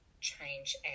change